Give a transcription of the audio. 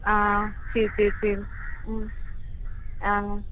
ஆ ஆ சரி சரி சரி ம் ஆ